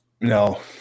No